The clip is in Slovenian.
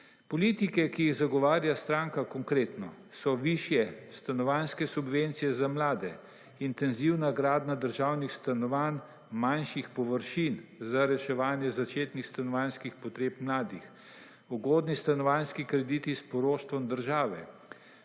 Politike, ki jih zagovarja stranka Konkretno so višje stanovanjske subvencije za mlade, intenzivna gradnja državnih stanovanj, manjših površin za reševanje začetnih stanovanjskih potreb mladih, ugodni stanovanjski krediti s poroštvom države,